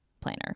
planner